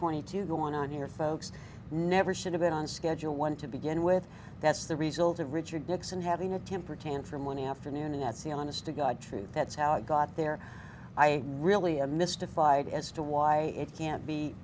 twenty two going on your folks never should have been on schedule one to begin with that's the result of richard nixon having a temper tantrum one afternoon and that's the honest to god truth that's how it got there i really i'm mystified as to why it can't be